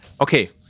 Okay